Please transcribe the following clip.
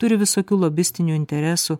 turi visokių lobistinių interesų